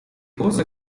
узы